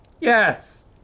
Yes